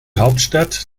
hauptstadt